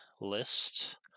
list